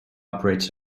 operates